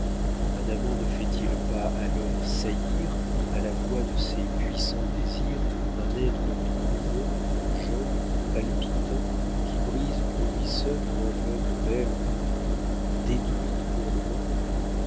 un amant ne fait-il pas alors saillir à la voix de ses puissants désirs un être tout nouveau jeune palpitant qui brise pour lui seul une enveloppe belle pour lui détruite pour le monde